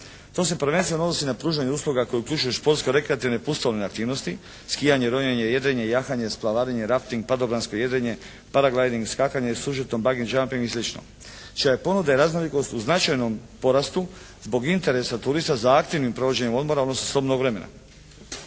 To se prvenstveno odnosi na pružanje usluga koje uključuju športsko-rekreativne pustolovne aktivnosti skijanje, ronjenje, jedrenje, jahanje, splavarenje, rafting, padobransko jedrenje, paraglajding, iskakanje s užetom, bangee jumping i slično čija je ponuda i raznolikost u značajnom porastu zbog interesa turista zahtjevnim provođenjem odmora, odnosno slobodnog vremena.